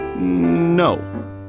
No